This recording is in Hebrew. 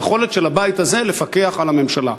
היכולת של הבית הזה לפקח על הממשלה.